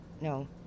no